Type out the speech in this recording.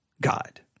God